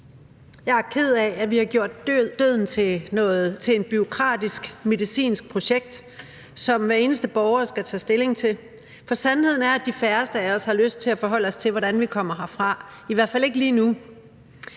Jeg er ked af, at vi har gjort døden til et bureaukratisk medicinsk projekt, som hver eneste borger skal tage stilling til. For sandheden er, at de færreste af os har lyst til at forholde sig til, hvordan vi kommer herfra – i hvert fald ikke lige nu.